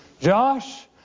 Josh